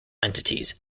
entities